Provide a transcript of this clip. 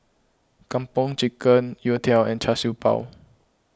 Kung Po Chicken Youtiao and Char Siew Bao